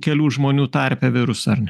kelių žmonių tarpe virusą ar ne